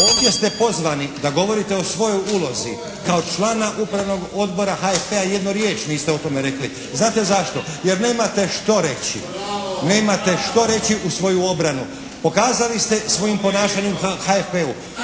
Ovdje ste pozvani da govorite o svojoj ulozi kao člana Upravnog odbora HFP-a, jednu riječ niste o tome rekli. Znate zašto? Jer nemate što reći. Nemate što reći u svoju obranu. Pokazali ste svojim ponašanjem u HFP-u